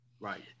Right